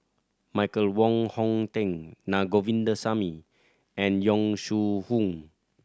Michael Wong Hong Teng Na Govindasamy and Yong Shu Hoong